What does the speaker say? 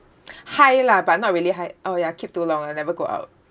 high lah but not really high oh ya keep too long ah never go out